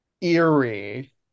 eerie